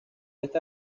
esta